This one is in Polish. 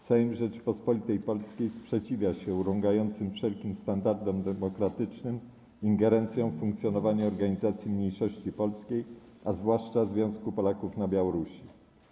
Sejm Rzeczypospolitej Polskiej sprzeciwia się urągającym wszelkim standardom demokratycznym ingerencjom w funkcjonowanie organizacji mniejszości polskiej, a zwłaszcza Związku Polaków na Białorusi.